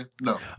no